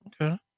Okay